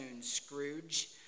Scrooge